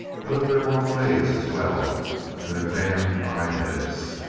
but of their long legs as well and their damned high heads.